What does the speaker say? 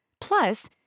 Plus